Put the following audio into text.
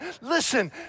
Listen